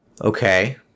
Okay